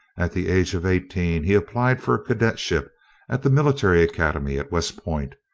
at the age of eighteen he applied for a cadetship at the military academy at west point,